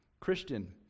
Christian